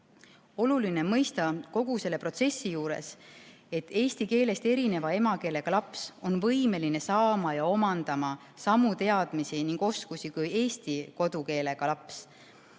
Oluline on mõista kogu selle protsessi juures, et eesti keelest erineva emakeelega laps on võimeline saama ja omandama samu teadmisi ning oskusi kui eesti kodukeelega laps.